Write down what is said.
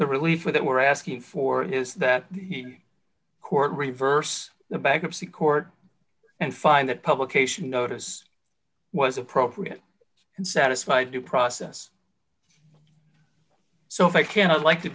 the relief for that we're asking for is that he court reverse the bankruptcy court and find that publication notice was appropriate and satisfied due process so if i can i like to